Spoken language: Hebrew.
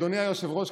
אדוני היושב-ראש,